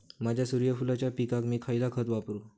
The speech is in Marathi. माझ्या सूर्यफुलाच्या पिकाक मी खयला खत वापरू?